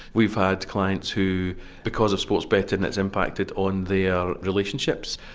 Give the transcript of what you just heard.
we've had clients who because of sports betting it's impacted on their relationships,